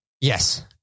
Yes